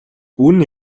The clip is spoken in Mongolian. үнэ